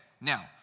now